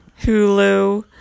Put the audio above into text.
Hulu